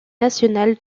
national